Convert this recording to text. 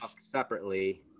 separately